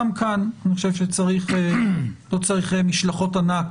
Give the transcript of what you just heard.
גם כאן אני חושב שלא צריך משלחות ענק